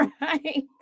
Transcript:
Right